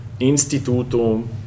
institutum